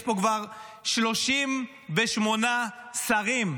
יש פה כבר 38 שרים,